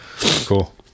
cool